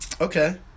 Okay